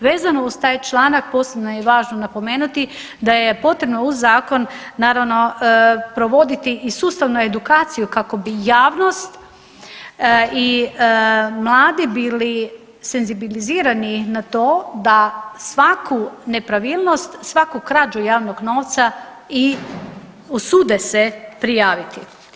Vezano uz taj članak, posebno je važno napomenuti da je potrebno u zakon, naravno, provoditi i sustavnu edukaciju kako bi javnost i mladi bili senzibilizirani na to da svaku nepravilnost, svaku građu javnog novca i usude se prijaviti.